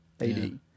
AD